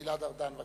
גלעד ארדן.